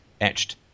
etched